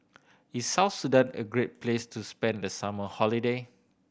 is South Sudan a great place to spend the summer holiday